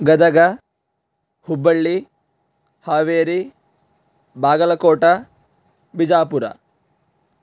Gadag Hubballi Haveri Bagalkot Bijapur